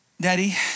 Daddy